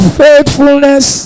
faithfulness